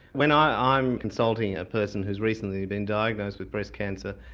when i'm consulting a person who's recently been diagnosed with breast cancer,